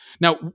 now